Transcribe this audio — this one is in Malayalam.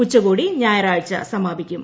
ഉച്ചകോടി ഞായറാഴ്ച സമാപിക്കും